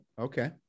okay